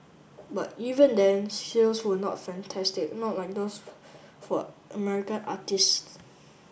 but even then sales were not fantastic not like those for American artistes